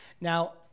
Now